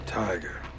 tiger